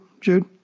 Jude